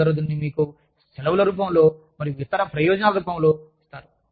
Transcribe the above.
కొందరు దీనిని మీకు సెలవుల రూపంలో మరియు ఇతర ప్రయోజనాల రూపంలో ఇస్తారు